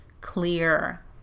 clear